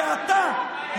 ואתה,